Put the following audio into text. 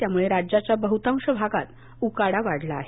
यामुळे राज्याच्या बहुतांश भागात उकाडा वाढला आहे